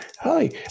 hi